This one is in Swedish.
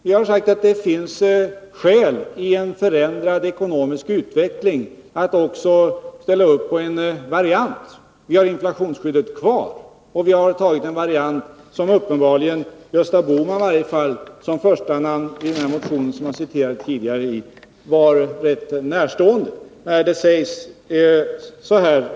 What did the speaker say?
Vi har sagt att det finns skäl, i en förändrad ekonomisk utveckling, att också ställa upp när det gäller en variant. Vi har inflationsskyddet kvar, och vi har tagit en variant som uppenbarligen Gösta Bohman i varje fall — som första namn i den motion som jag citerade ur tidigare — stod rätt nära.